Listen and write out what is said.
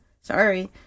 sorry